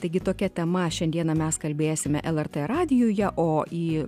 taigi tokia tema šiandieną mes kalbėsime lrt radijuje o į